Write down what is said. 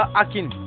akin